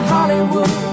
Hollywood